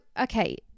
okay